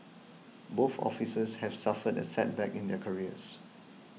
both officers have suffered a setback in their careers